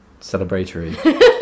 Celebratory